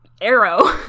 arrow